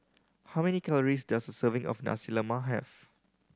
how many calories does a serving of Nasi Lemak have